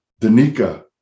Danica